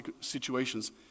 situations